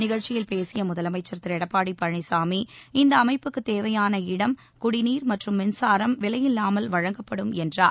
நிகழ்ச்சியில் பேசிய முதலமைச்சர் திரு எடப்பாடி பழனிசாமி இந்த அமைப்புக்குத் தேவையான இடம் குடிநீர் மற்றும் மின்சாரம் விலையில்லாமல் வழங்கப்படும் என்றார்